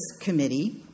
Committee